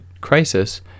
crisis